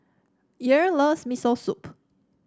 Earl loves Miso Soup